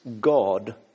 God